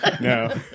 No